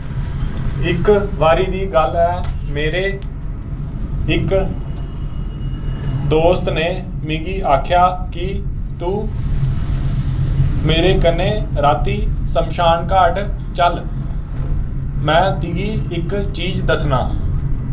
इक बारी दी गल्ल ऐ मेरे इक दोस्त ने मिगी आखेआ कि तूं मेरे कन्नै रातीं शमशानघाट चल में तुगी इक चीज दस्सनां